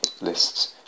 lists